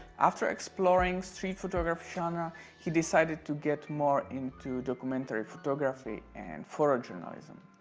after exploring street photography ah and he decided to get more into documentary photography and photojournalism.